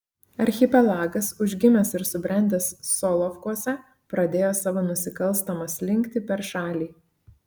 archipelagas užgimęs ir subrendęs solovkuose pradėjo savo nusikalstamą slinktį per šalį